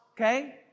okay